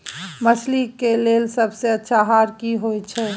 मछली के लेल सबसे अच्छा आहार की होय छै?